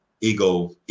ego